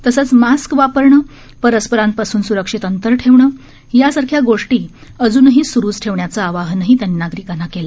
तसेच मास्क वापरणे परस्परांपासून स्रक्षित अंतर ठेवणे यासारख्या गोष्टी अजूनही स्रूच ठेवण्याचे आवाहन त्यांनी नागरिकांना केले